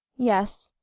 yes,